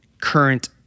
current